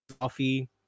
coffee